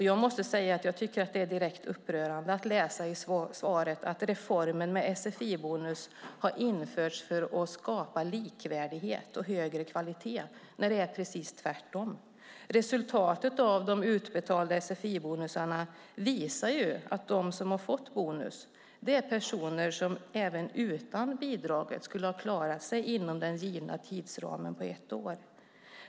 Jag tycker att det är direkt upprörande att läsa i svaret att reformen med sfi-bonus har införts för att skapa likvärdighet och högre kvalitet när det är precis tvärtom. Resultatet av de utbetalda sfi-bonusarna visar ju att de som har fått bonus är personer som skulle ha klarat sig inom den givna tidsramen på ett år även utan bidraget.